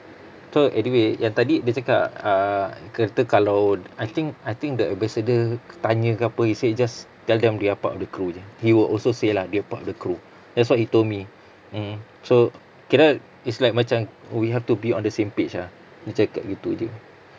so anyway yang tadi dia cakap err dia kata kalau I think I think the ambassador tanya ke apa he say just tell them they are part of the crew jer he will also say lah they part of the crew that's what he told me mm so kira it's like macam we have to be on the same page ah dia cakap gitu jer